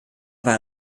war